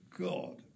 God